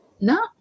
no